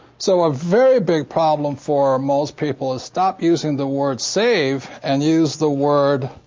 so a very big problem for most people is stop using the word save and use the word